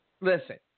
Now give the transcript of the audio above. Listen